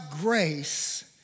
grace